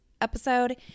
episode